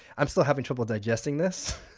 i'm still having trouble digesting this.